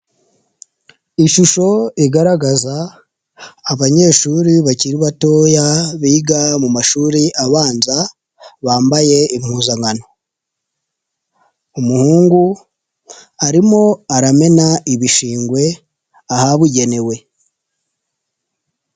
Ishusho igaragaza abanyeshuri bakiri batoya biga mu mashuri abanza, bambaye impuzankano umuhungu arimo aramena ibishingwe ahabugenewe.